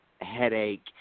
headache